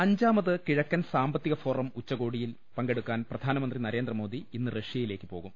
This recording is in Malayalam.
എം അഞ്ചാമത് കിഴക്കൻ സാമ്പത്തിക ഫോറം ഉച്ചകോടിയിൽ പങ്കെടുക്കാൻ പ്രധാനമന്ത്രി നരേന്ദ്രമോദി ഇന്ന് റഷ്യയിലേക്ക് പോകും